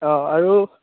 অঁ আৰু